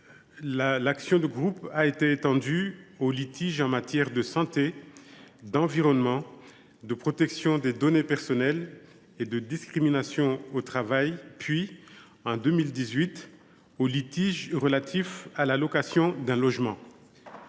L’action de groupe a ensuite été étendue, en 2016, aux litiges en matière de santé, d’environnement, de protection des données personnelles et de discrimination au travail, puis, en 2018, aux litiges relatifs à la location d’un logement.